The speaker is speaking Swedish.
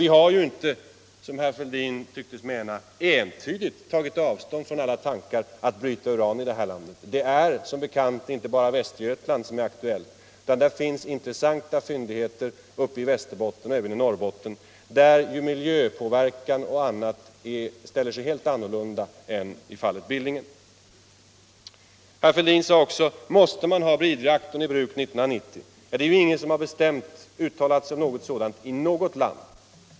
Vi har dock inte, som herr Fälldin tycktes mena, entydigt tagit avstånd från alla tankar på att bryta uran i det här landet. Det är, som bekant, inte bara Västergötland som är aktuellt. Det finns intressanta fyndigheter i Västerbotten och även i Norrbotten, där ju miljöpåverkan och andra problem ställer sig helt annorlunda än i fallet Billingen. Herr Fälldin frågade också om man måste ha bridreaktorn i bruk 1990. Det är ingen som bestämt uttalat sig om detta.